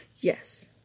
Yes